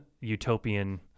utopian